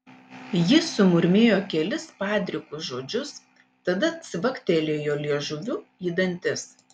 jis sumurmėjo kelis padrikus žodžius tada cvaktelėjo liežuviu į dantis